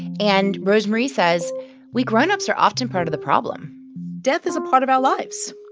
and rosemarie says we grown-ups are often part of the problem death is a part of our lives.